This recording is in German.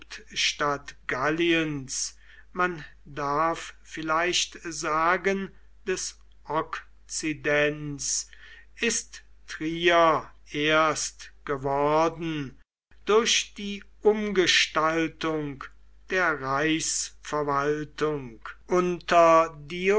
hauptstadt galliens man darf vielleicht sagen des okzidents ist trier erst geworden durch die umgestaltung der reichsverwaltung unter